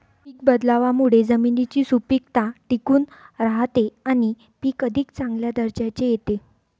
पीक बदलावामुळे जमिनीची सुपीकता टिकून राहते आणि पीक अधिक चांगल्या दर्जाचे येते